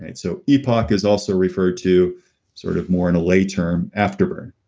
and so epoc is also referred to sort of more in a lay term, afterburn.